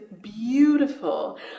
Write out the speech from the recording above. beautiful